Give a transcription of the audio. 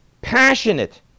passionate